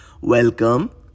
Welcome